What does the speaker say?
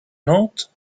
nantes